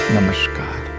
Namaskar